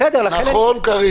קארין, נכון.